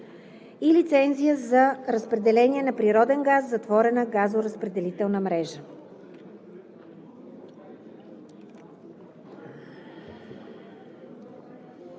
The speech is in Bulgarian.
и лицензия за разпределение на природен газ в затворена газоразпределителна мрежа.“